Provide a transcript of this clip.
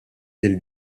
del